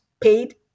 paid